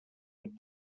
would